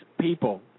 people